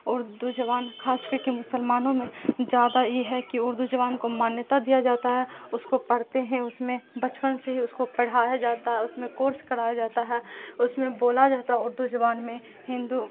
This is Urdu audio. اردو زبان خاص کر کے مسلمانوں میں زیادہ یہ ہے کہ اردو زبان کو مانیتا دیا جاتا ہے اس کو پڑھتے ہیں اس میں بچپن سے ہی اس کو پڑھایا جاتا ہے اس میں کورس کرایا جاتا ہے اس میں بولا جاتا ہے اردو زبان میں ہندو